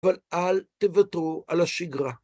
אבל אל תוותרו על השגרה.